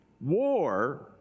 War